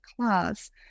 class